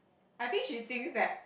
I think she thinks that